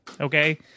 okay